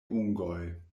ungoj